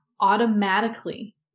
automatically